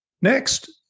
Next